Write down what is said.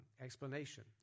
explanation